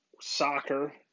soccer